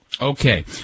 Okay